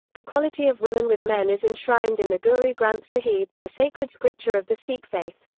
equality of women with men is enshrined in the guru granth sahib, the sacred scripture of the sikh faith.